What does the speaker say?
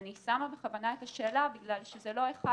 אני שמה בכוונה את השאלה בגלל שזה לא אחד